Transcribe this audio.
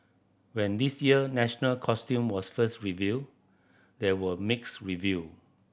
when this year national costume was first revealed there were mixed review